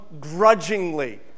grudgingly